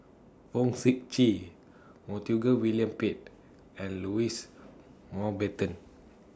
Fong Sip Chee Montague William Pett and Louis Mountbatten